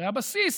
הרי הבסיס